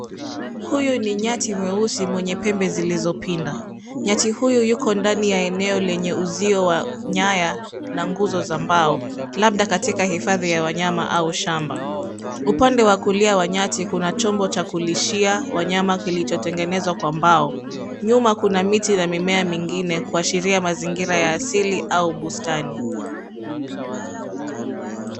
Huyu ni nyati mweusi mwenye pembe zilizopinda. Nyati huyu yuko ndani ya eneo lenye uzio wa nyaya, na nguzo za mbao, labda katika hifadhi ya wanyama au shamba. Upande wa kulia wa nyati kuna chombo cha kulishia wanyama kilichotengenezwa kwa mbao. Nyuma kuna miti na mimea mingine, kuashiria mazingira ya asili au bustani.